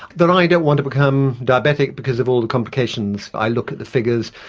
but i don't want to become diabetic because of all the complications. i look at the figures,